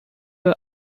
were